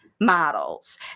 models